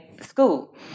School